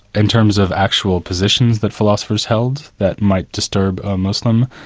in terms of actual positions that philosophers held that might disturb a muslim,